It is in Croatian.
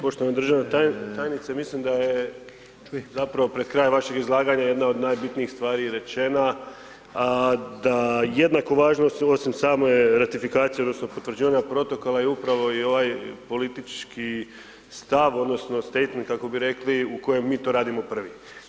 Poštovana državna tajnice, mislim da je zapravo pred kraj vašeg izlaganja jedna od najbitnijih stvari rečena a da jednako važno osim same ratifikacije odnosno potvrđivanja protoka je upravo i ovaj politički stav odnosno statement kako bi rekli, u kojem mi to radimo prvi.